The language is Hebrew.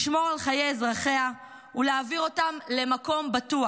לשמור על חיי אזרחיה ולהעביר אותם למקום בטוח.